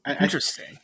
Interesting